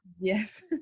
Yes